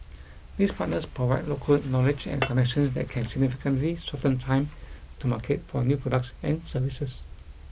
these partners provide local knowledge and connections that can significantly shorten time to market for new products and services